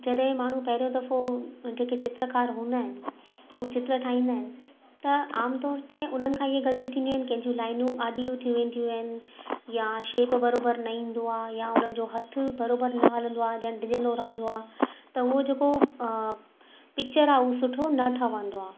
जॾहिं माण्हू पहिरों दफ़ो जेके चित्रकार हूंदा आहिनि हू चित्र ठाहींदा आहिनि त आमतौर ते उन्हनि खां ईअं ग़लती थींदियूं आहिनि कंहिंजूं लाइनियूं आदियूं थी वेंदियूं आहिनि या शेप बराबरि न ईंदो आहे या उन्हनि जो हथ बराबरि न हलंदो आहे जे ढिलो रहंदो आहे त हुओ जेको पिचर आहे हू सुठो न ठहंदो आहे